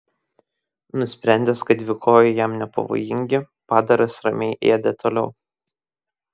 nusprendęs kad dvikojai jam nepavojingi padaras ramiai ėdė toliau